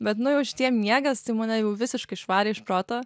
bet nu jau šitie miegas tai mane jau visiškai išvarė iš proto